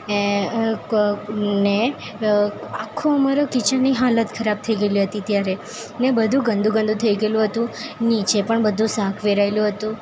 એ આખું અમારા કિચનની હાલત ખરાબ થઈ ગયેલી હતી ત્યારે ને બધું ગંદુ ગંદુ થઈ ગયેલું હતું નીચે પણ બધું શાક વેરાયેલું હતું